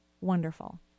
wonderful